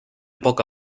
poca